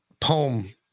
poem